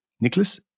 Nicholas